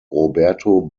roberto